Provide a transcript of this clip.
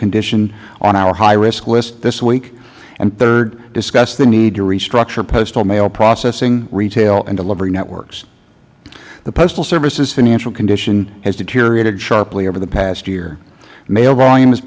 condition on our high risk list this week and third discuss the need to restructure postal mail processing retail and delivery networks the postal service's financial condition has deteriorated sharply over the past year mail volume